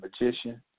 Magician